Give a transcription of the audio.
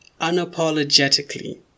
unapologetically